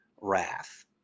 wrath